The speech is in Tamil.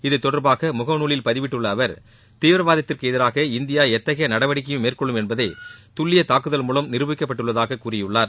இதுதொடர்பாக முகநூலில் பதிவிட்டுள்ள அவர் தீவிரவாதத்திற்கு எதிராக இந்தியா எத்தகைய நடவடிக்கையையும் மேற்கொள்ளும் என்பதை துல்லிய தாக்குதல்கள் மூலம் நிரூபிக்கப்பட்டுள்ளதாக கூறியுள்ளார்